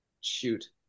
Shoot